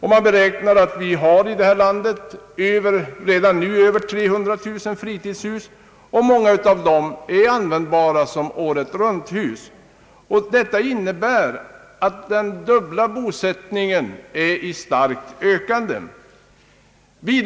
Man beräknar att vi i vårt land har över 300 000 fritidshus, många av dem användbara som åretrunthus. Detta innebär att den dubbla bosättningen är i starkt ökande.